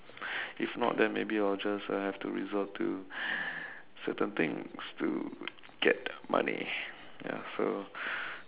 if not then maybe I will just I have to resort to certain things to get money ya so